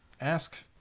Ask